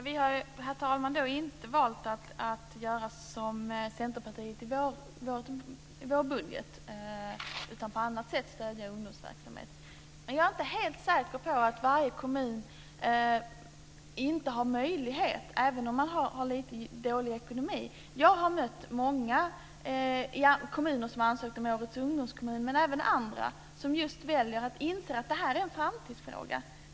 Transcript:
Herr talman! Vi har i vår budget inte valt att göra som Centerpartiet, utan vi har valt att på annat sätt stödja ungdomsverksamheten. Men jag är inte helt säker på att inte varje kommun har en möjlighet, även om man har lite dålig ekonomi. Jag har träffat på många kommuner som ansökt om Årets ungdomskommun, men även andra, som valt att inse att det här är en framtidsfråga.